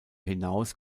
hinaus